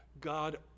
God